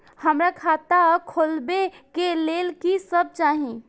हमरा खाता खोलावे के लेल की सब चाही?